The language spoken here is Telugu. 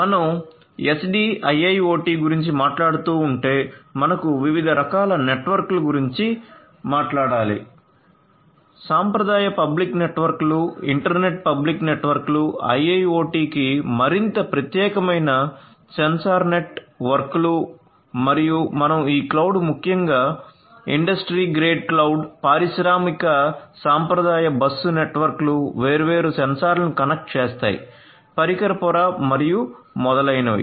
మనం SDIIoT గురించి మాట్లాడుతుంటే మనకు వివిధ రకాల నెట్వర్క్లు గురించి మాట్లాడాలి సాంప్రదాయ పబ్లిక్ నెట్వర్క్లు ఇంటర్నెట్ పబ్లిక్ నెట్వర్క్లు IIoT కి మరింత ప్రత్యేకమైన సెన్సార్ నెట్వర్క్లు మరియు మనం ఈ క్లౌడ్ ముఖ్యంగా ఇండస్ట్రీ గ్రేడ్ క్లౌడ్ పారిశ్రామిక సాంప్రదాయ బస్సు నెట్వర్క్లు వేర్వేరు సెన్సార్లను కనెక్ట్ చేస్తాయి పరికర పొర మరియు మొదలైనవి